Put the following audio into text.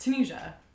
Tunisia